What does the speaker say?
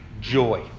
joy